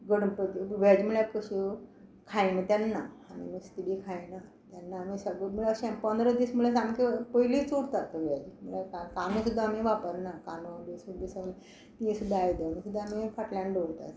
Ganpati veg म्हळ्यार कश्यो खायना तेन्ना नुस्तें बी खायना तेन्ना आमी सगळें म्हणजे अशें पंदरा दीस म्हळ्यार सामके पयलींच उरतात वेज म्हळ्यार कांदो सुद्दां आमी वापरना कांदो लसूण बी सगळें ती सुद्दां आयदनां सुद्दां आमी फाटल्यान दवरतात